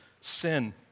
sin